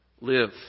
Live